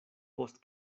post